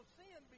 sin